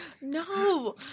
no